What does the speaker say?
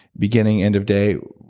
beginning end of day,